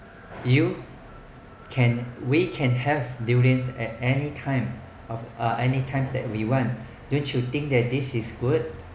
you can we can have durians at any time uh anytime that we want don't you think that this is good